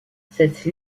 cette